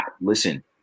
Listen